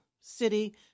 city